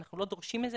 אנחנו לא דורשים את זה.